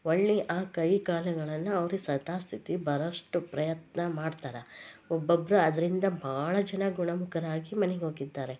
ಒಳ್ಳೆ ಆ ಕೈ ಕಾಲುಗಳನ್ನು ಅವ್ರಿಗೆ ಸದಾ ಸ್ಥಿತಿ ಬರೊಷ್ಟು ಪ್ರಯತ್ನ ಮಾಡ್ತಾರೆ ಒಬ್ಬೊಬ್ಬರು ಅದರಿಂದ ಭಾಳ ಜನ ಗುಣಮುಖರಾಗಿ ಮನೆಗ್ ಹೋಗಿದ್ದಾರೆ